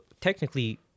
technically